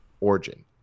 origin